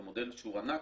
ומודל שהוא ענק,